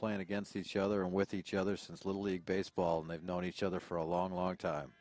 plan against each other and with each other since little league baseball and they've known each other for a long long time